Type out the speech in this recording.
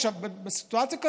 עכשיו, בסיטואציה כזאת,